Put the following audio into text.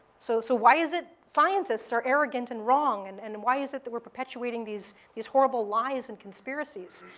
so so why is it that scientists are arrogant and wrong, and and why is it that we're perpetuating these these horrible lies and conspiracies?